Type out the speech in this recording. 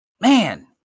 man